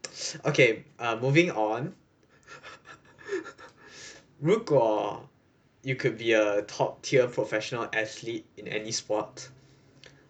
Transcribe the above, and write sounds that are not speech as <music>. okay err moving on <laughs> 如果 you could be a top tier professional athlete in any sport